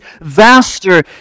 vaster